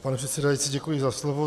Pane předsedající, děkuji za slovo.